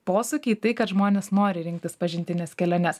posūkį į tai kad žmonės nori rinktis pažintines keliones